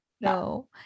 no